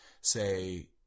say